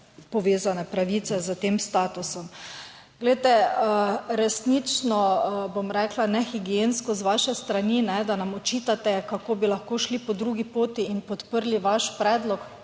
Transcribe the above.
povezane pravice s tem statusom. Glejte, resnično, bom rekla, nehigiensko z vaše strani, da nam očitate kako bi lahko šli po drugi poti in podprli vaš predlog,